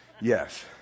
Yes